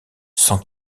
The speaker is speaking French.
sans